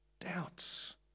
doubts